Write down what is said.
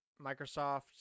Microsoft